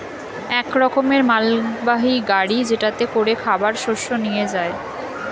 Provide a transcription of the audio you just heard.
এক রকমের মালবাহী গাড়ি যেটাতে করে খাবার শস্য নিয়ে যায়